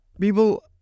People